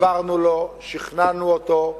הסברנו לו, שכנענו אותו,